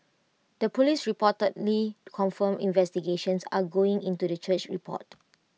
the Police reportedly confirmed investigations are ongoing into the church's report